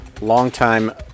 longtime